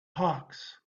hawks